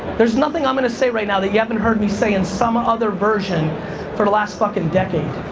there's nothing i'm gonna say right now that you haven't heard me say in some other version for the last fuckin' decade.